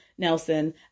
Nelson